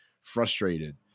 frustrated